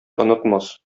онытмас